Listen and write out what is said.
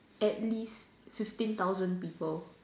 at least fifteen thousand people